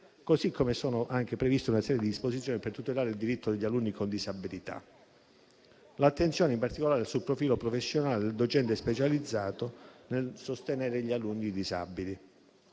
così come sono anche previste una serie di disposizioni per tutelare il diritto degli alunni con disabilità. L'attenzione è rivolta in particolare al profilo professionale del docente specializzato nel sostenere gli alunni disabili.